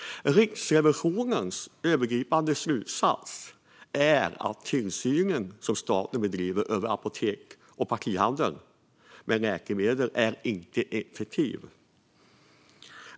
Riksrevisionens övergripande slutsats är att den tillsyn som staten bedriver över apotek och partihandel med läkemedel inte är effektiv.